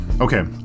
Okay